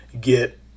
get